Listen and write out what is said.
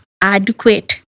adequate